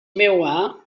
meua